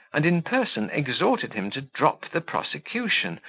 and, in person, exhorted him to drop the prosecution,